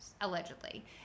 allegedly